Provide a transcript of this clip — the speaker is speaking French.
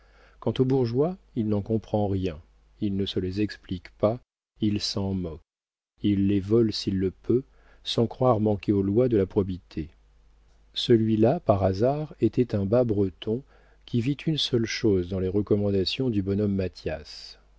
quant aux bourgeois il n'en comprend rien il ne se les explique pas il s'en moque il les vole s'il le peut sans croire manquer aux lois de la probité celui-là par hasard était un bas breton qui vit une seule chose dans les recommandations du bonhomme mathias